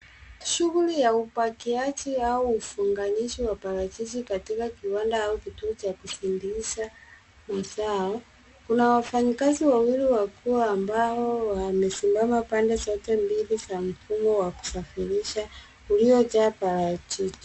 Shuguli ya ubakiaji au ufaganisho wa parachichi katika kiwanda au kituo cha kuzindiza mizao. Kuna wafanyakazi wawili wakuu ambao wamesimama pande zote mbili za mifumo wa kusafirisha, uliojaa parachichi.